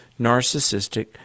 narcissistic